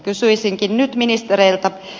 kysyisinkin nyt ministereiltä